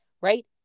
right